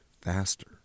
faster